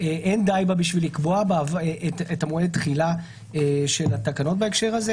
אין די בה בשביל לקבוע את מועד התחילה של התקנות בהקשר הזה.